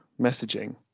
messaging